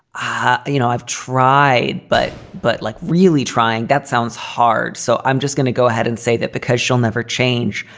ah you know i've tried, but but like, really trying. that sounds hard. so i'm just gonna go ahead and say that because she'll never change.